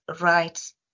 rights